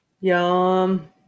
Yum